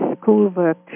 schoolwork